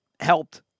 helped